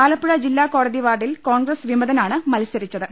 ആലപ്പുഴ ജില്ലാകോടതി വാർഡിൽ കോൺഗ്രസ് വിമതനാണ് മത്സരിച്ചത്